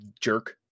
jerk